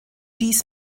dies